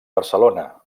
barcelona